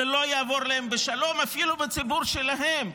זה לא יעבור להם בשלום אפילו בציבור שלהם,